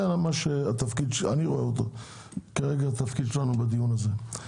זה התפקיד שלנו שאני רואה כרגע בדיון הזה.